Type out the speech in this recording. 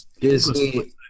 Disney